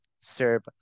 serve